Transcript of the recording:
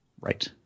Right